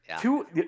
Two